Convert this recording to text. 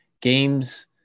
games